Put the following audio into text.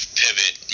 pivot